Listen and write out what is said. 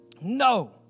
No